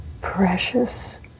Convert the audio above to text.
precious